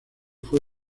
fue